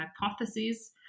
hypotheses